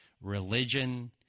religion